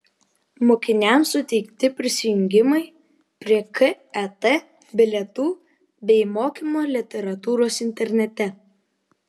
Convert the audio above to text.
mokiniams suteikti prisijungimai prie ket bilietų bei mokymo literatūros internete